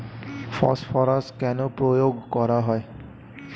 Phosphorus কেন প্রয়োগ করা হয়?